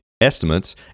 estimates